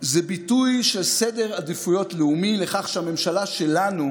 זה ביטוי של סדר עדיפויות לאומי, לכך שהממשלה שלנו